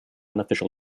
unofficial